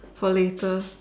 for later